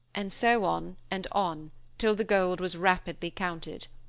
and so on and on till the gold was rapidly counted.